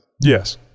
Yes